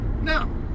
No